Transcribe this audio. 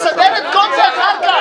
נסדר את כל זה אחר כך.